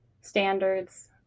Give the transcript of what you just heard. standards